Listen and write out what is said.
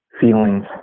feelings